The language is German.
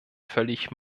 völlig